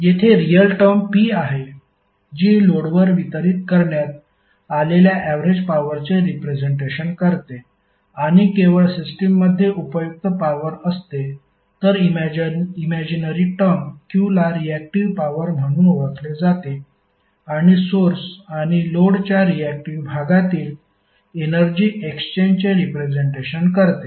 येथे real term P आहे जी लोडवर वितरित करण्यात आलेल्या ऍवरेज पॉवरचे रिप्रेझेंटेशन करते आणि केवळ सिस्टममध्ये उपयुक्त पॉवर असते तर इमॅजीनरी टर्म Q ला रियाक्टिव्ह पॉवर म्हणून ओळखले जाते आणि सोर्स आणि लोडच्या रियाक्टिव्ह भागातील एनर्जी एक्सचेंजचे रिप्रेझेंटेशन करते